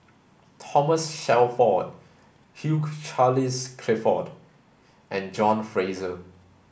Thomas Shelford Hugh Charles Clifford and John Fraser